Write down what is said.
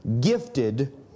gifted